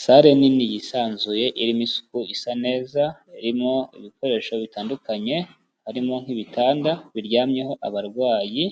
Sale nini yisanzuye irimo isuku isa neza, irimo ibikoresho bitandukanye, harimo nk'ibitanda biryamyeho abarwayi